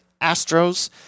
Astros